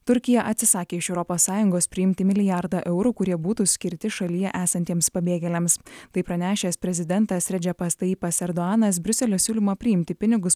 turkija atsisakė iš europos sąjungos priimti milijardą eurų kurie būtų skirti šalyje esantiems pabėgėliams tai pranešęs prezidentas redžepas tajipas erduanas briuselio siūlymą priimti pinigus